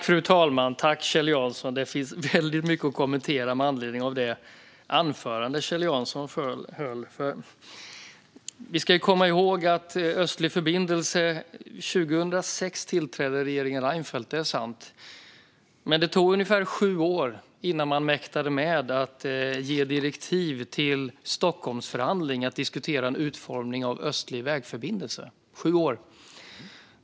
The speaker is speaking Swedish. Fru talman! Tack, Kjell Jansson! Det finns väldigt mycket att kommentera med anledning av Kjell Janssons anförande. Det är sant att regeringen Reinfeldt tillträdde 2006. Men vi ska komma ihåg att det tog ungefär sju år innan man mäktade med att ge direktiv till Stockholmsförhandlingen för att diskutera utformningen av en östlig vägförbindelse.